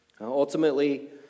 Ultimately